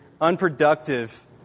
unproductive